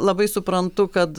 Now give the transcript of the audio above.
labai suprantu kad